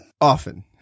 often